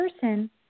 person